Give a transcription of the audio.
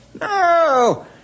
No